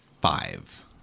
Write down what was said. Five